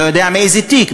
לא יודע מאיזה תיק,